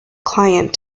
client